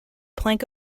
plank